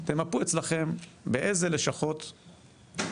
תמפו אצלכם באיזה לשכות,